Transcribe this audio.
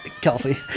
Kelsey